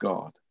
God